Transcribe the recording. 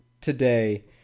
today